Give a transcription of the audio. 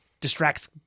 distracts